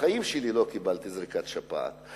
בחיים שלי לא קיבלתי זריקת שפעת.